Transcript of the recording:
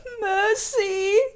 mercy